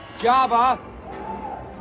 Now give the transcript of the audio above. Java